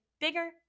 bigger